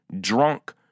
drunk